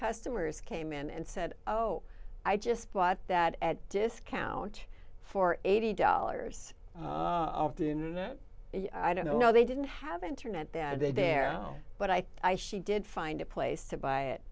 customers came in and said oh i just bought that at discount for eighty dollars i don't know they didn't have internet that they there but i i she did find a place to buy it